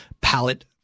palette